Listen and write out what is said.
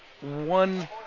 one